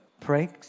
pray